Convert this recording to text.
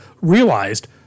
realized